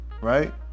right